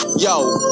Yo